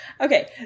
okay